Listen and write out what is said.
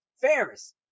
Ferris